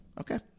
Okay